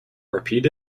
repeat